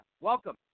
Welcome